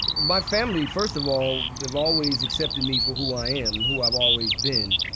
my family, first of all, have always accepted me for who i am, who i've always been.